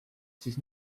siis